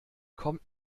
kommt